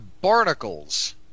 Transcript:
barnacles